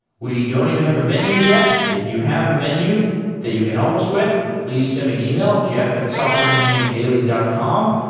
we don't even have a venue yet. if you have a venue that you can help us with, please send me an email, jeff at softwareengineeringdaily dot com.